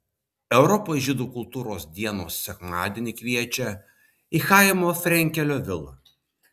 europos žydų kultūros dienos sekmadienį kviečia į chaimo frenkelio vilą